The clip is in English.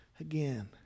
again